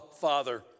Father